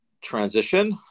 transition